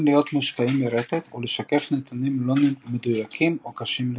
להיות מושפעים מרטט ולשקף נתונים לא מדויקים או קשים לקריאה.